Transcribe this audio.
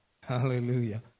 Hallelujah